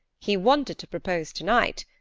he wanted to propose to-night.